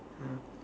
ya